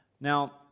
Now